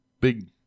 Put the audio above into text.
big